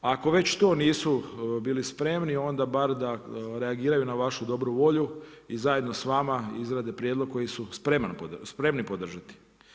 Ako već to nisu bili spremni onda bar da reagiraju na vašu dobru volju i zajedno s vama izrade prijedlog koji su spremni podržati.